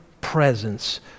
presence